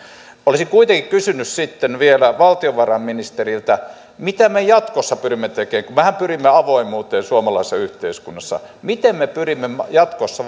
olisin kuitenkin kysynyt sitten vielä valtiovarainministeriltä mitä me jatkossa pyrimme tekemään mehän pyrimme avoimuuteen suomalaisessa yhteiskunnassa miten me pyrimme jatkossa